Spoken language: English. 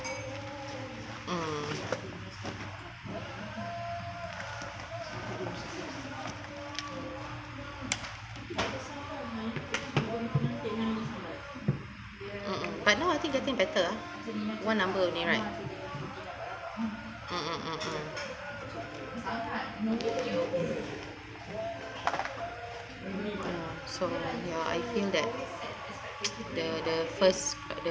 mm mm mm but now I think getting better uh one number only right mm mm mm mm ya so ya I feel that the the first the